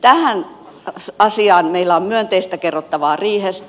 tästä asiasta meillä on myönteistä kerrottavaa riihestä